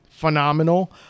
phenomenal